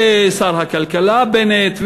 ושר הכלכלה בנט,